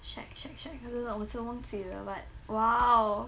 shag shag shag 可是我真的忘记了 but !wow!